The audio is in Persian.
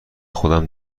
خودم